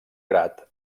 grat